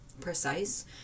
precise